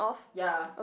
ya